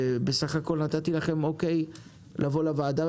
ובסך הכול נתתי לכם אוקי לבוא לוועדה.